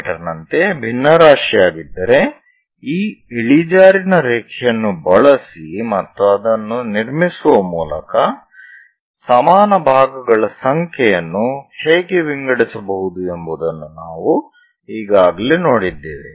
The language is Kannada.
ಮೀ ನಂತೆ ಭಿನ್ನರಾಶಿಯಾಗಿದ್ದರೆ ಈ ಇಳಿಜಾರಿನ ರೇಖೆಯನ್ನು ಬಳಸಿ ಮತ್ತು ಅದನ್ನು ನಿರ್ಮಿಸುವ ಮೂಲಕ ಸಮಾನ ಭಾಗಗಳ ಸಂಖ್ಯೆಯನ್ನು ಹೇಗೆ ವಿಂಗಡಿಸಬಹುದು ಎಂಬುದನ್ನು ನಾವು ಈಗಾಗಲೇ ನೋಡಿದ್ದೇವೆ